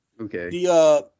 Okay